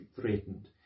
threatened